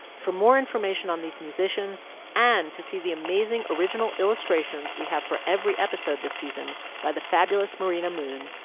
for more information on these musicians and to see the amazing, original illustrations we have for every episode this season by the fabulous marina muun,